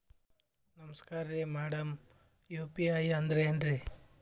ನಮಸ್ಕಾರ್ರಿ madam UPI ಅಂದ್ರೆನ್ರಿ?